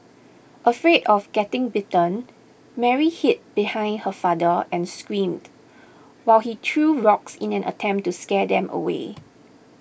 afraid of getting bitten Mary hid behind her father and screamed while he threw rocks in an attempt to scare them away